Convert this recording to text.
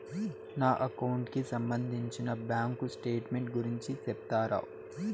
నా అకౌంట్ కి సంబంధించి బ్యాంకు స్టేట్మెంట్ గురించి సెప్తారా